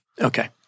Okay